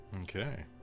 Okay